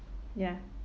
ya